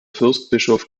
fürstbischof